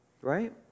right